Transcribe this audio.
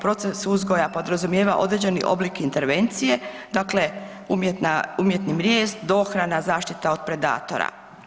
Proces uzgoja podrazumijeva određeni oblik intervencije, dakle umjetni mrijest, dohrana, zaštita od predatora.